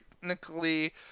technically